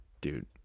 dude